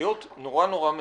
להיות נורא נורא ממוקדים.